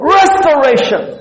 restoration